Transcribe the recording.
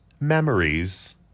memories